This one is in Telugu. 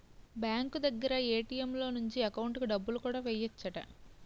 బ్యాంకు దగ్గర ఏ.టి.ఎం లో నుంచి ఎకౌంటుకి డబ్బులు కూడా ఎయ్యెచ్చట